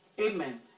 Amen